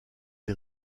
les